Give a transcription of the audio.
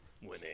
Winning